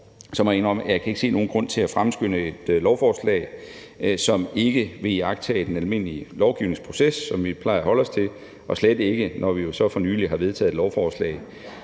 må jeg indrømme, at jeg ikke kan se nogen grund til at fremskynde et lovforslag, som ikke vil iagttage den almindelige lovgivningsproces, som vi plejer at holde os til, og slet ikke, når vi for nylig har vedtaget et lovforslag,